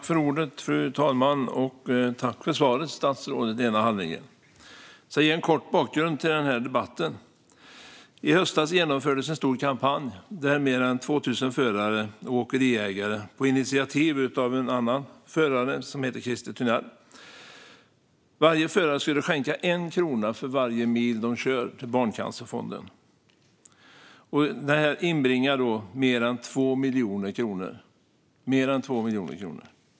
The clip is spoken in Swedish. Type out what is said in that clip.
Fru talman! Tack för svaret, statsrådet Lena Hallengren! Jag ska ge en kort bakgrund till den här debatten. I höstas genomfördes en stor kampanj med mer än 2 000 förare och åkeriägare på initiativ av en förare som heter Christer Thynell. Varje förare skulle skänka 1 krona för varje mil den körde till Barncancerfonden. Detta inbringade mer än 2 miljoner kronor.